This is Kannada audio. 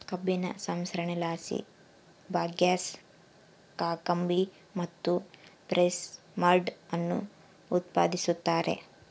ಕಬ್ಬಿನ ಸಂಸ್ಕರಣೆಲಾಸಿ ಬಗ್ಯಾಸ್, ಕಾಕಂಬಿ ಮತ್ತು ಪ್ರೆಸ್ ಮಡ್ ಅನ್ನು ಉತ್ಪಾದಿಸುತ್ತಾರೆ